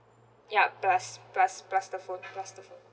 yup plus plus plus the phone plus the phone